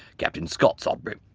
captain scott sodbury.